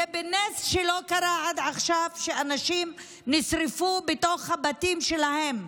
זה נס שעד עכשיו אנשים לא נשרפו בתוך הבתים שלהם.